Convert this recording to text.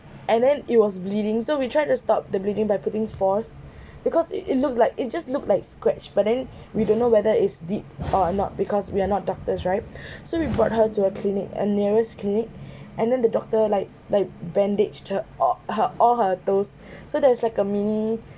and then it was bleeding so we tried to stop the bleeding by putting force because it it looked like it just look like scratch but then we don't know whether is deep or not because we are not doctors right so we brought her to a clinic a nearest clinic and then the doctor like like bandage her all her all her toes so there is like a mini